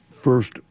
first